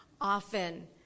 often